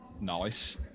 Nice